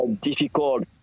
difficult